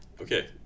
Okay